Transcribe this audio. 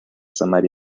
somebody